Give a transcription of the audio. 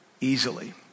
easily